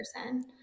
person